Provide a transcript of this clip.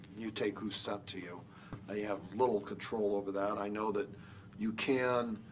you take who's sent to you. ah you have little control over that. i know that you can,